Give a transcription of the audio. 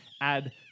add